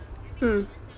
mm